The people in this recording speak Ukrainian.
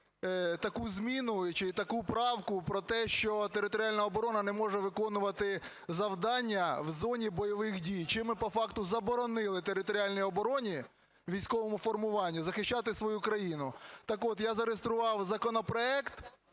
таку зміну чи таку правку про те, що територіальна оборона не може виконувати завдання в зоні бойових дій, чим ми по факту заборонили територіальній обороні, військовому формуванню, захищати свою країну. Так-от, я зареєстрував законопроект,